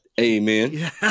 Amen